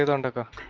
and and